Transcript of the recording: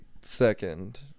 second